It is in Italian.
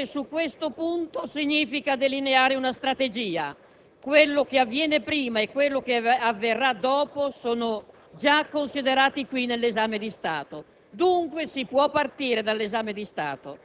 con la consapevolezza che intervenire su questo punto significa delineare una strategia: quello che avviene prima e quello che avverrà dopo sono già considerati qui, nell'esame di Stato. Dunque, si può partire dall'esame di Stato.